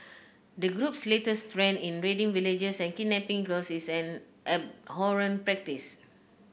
the group's latest trend in raiding villages and kidnapping girls is an abhorrent practice